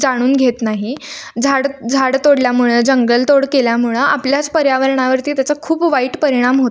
जाणून घेत नाही झाडं झाडं तोडल्यामुळं जंगलतोड केल्यामुळं आपल्याच पर्यावरणावरती त्याचा खूप वाईट परिणाम होतो आहे